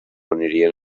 anirien